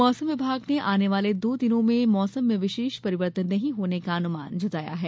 मौसम विभाग ने आने वाले दो दिनों में मौसम में विशेष परिवर्तन नहीं होने का अनुमान जताया है